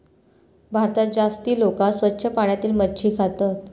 भारतात जास्ती लोका स्वच्छ पाण्यातली मच्छी खातत